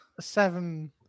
Seven